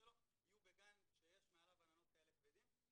שלו יהיו בגן שיש מעליו עננים כל כך כבדים.